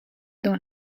dans